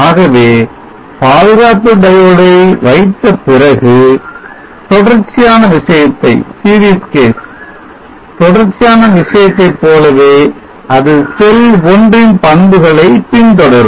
ஆகவே பாதுகாப்பு diode ஐ வைத்த பிறகு தொடர்ச்சியான விஷயத்தை போலவே அது செல் 1 ன் பண்புகளை பின்தொடரும்